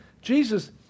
Jesus